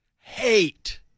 hate